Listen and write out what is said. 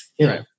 Right